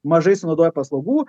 mažai sunaudoja paslaugų